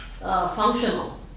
functional